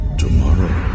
tomorrow